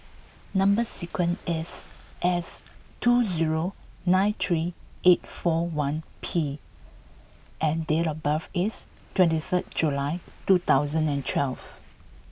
number sequence is S zero two nine three eight four one P and date of birth is twenty three July two thousand and twelve